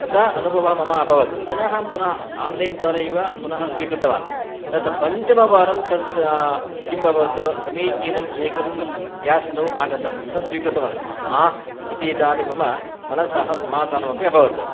तथा अनुभवः मम अभवत् पुनः पुनः आन्लैन् द्वारा एव पुनः स्वीकृतवान् तत् पञ्चमवारं तत् किं भवत् समीचीनम् एकं ग्यास् स्टोव् आगतं तस्स्वीकृतवान् इति इदानीं मम मनसः समाधानमपि अभवत्